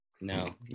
No